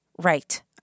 Right